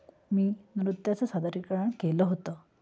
मी नृत्याचं सादरीकरण केलं होतं